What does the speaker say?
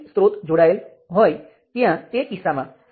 મારો મતલબ એ તેની સરળતા છે તેથી જ હું તેની સાથે કામ કરવા જઈ રહ્યો છું